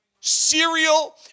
cereal